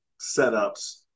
setups